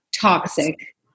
toxic